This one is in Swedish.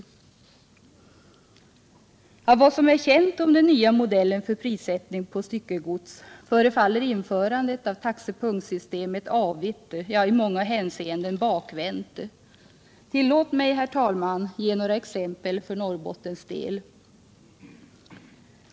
Enligt vad som är känt om den nya modellen för prissättning på styckegods förefaller införandet av taxepunktssystemet avigt, i många hänseenden bakvänt. Tillåt mig, herr talman, att ge några exempel för Norrbottens del.